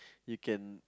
you can